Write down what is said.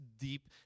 deep